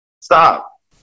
Stop